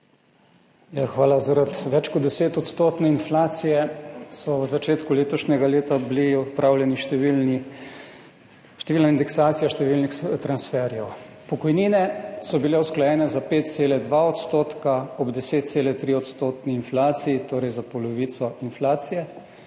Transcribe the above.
hvala. Zaradi več kot deset odstotne inflacije so v začetku letošnjega leta bili opravljeni številni, številna indeksacija številnih transferjev. Pokojnine so bile usklajene za 5,2 % ob 10,3 % inflaciji, torej za polovico inflacije.